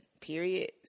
period